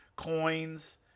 Coins